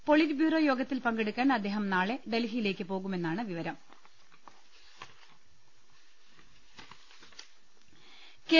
polit bureau യോഗത്തിൽ പങ്കെടുക്കാൻ അദ്ദേഹം നാളെ ഡൽഹിയിലേക്ക് പോകുമെന്നാണ് വിവരം കെ